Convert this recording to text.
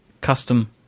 custom